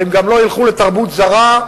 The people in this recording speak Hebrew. והם גם לא ילכו לתרבות זרה,